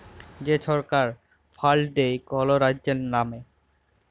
যে ছরকার ফাল্ড দেয় কল রাজ্যের লামে